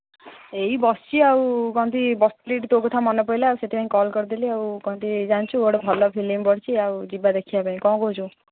ଏଇ ବସିଛି ଆଉ କହନ୍ତି ବସିଥିଲି ଏଇଠି ତୋ କଥା ମନେ ପଇଲା ସେଥିପାଇଁ କଲ୍ କରିଦେଲି ଆଉ କହନ୍ତି ଜାଣିଛୁ ଗୋଟେ ଫିଲ୍ମ ପଡ଼ଛି ଆଉ ଯିବା ଦେଖିବା ପାଇଁ ଆଉ କ'ଣ କହୁଛୁ